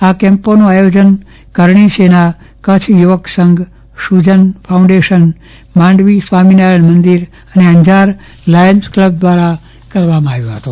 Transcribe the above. આ કેમ્પોનું આયોજન કરણી સેના કચ્છ યુવક સંઘ શ્રુજન ફાઉન્ડેશન માંડવી સ્વામિનારાયણ મંદિર અને અંજાર લાયન્સ ક્લબ દ્વારા થયું હતું